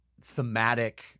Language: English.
thematic